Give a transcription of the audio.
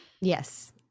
Yes